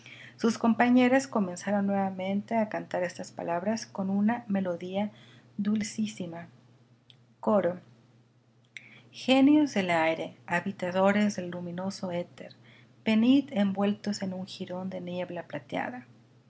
sus compañeras comenzaron nuevamente a cantar estas palabras con una melodía dulcísima coro genios del aire habitadores del luminoso éter venid envueltos en un jirón de niebla plateada